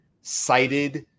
cited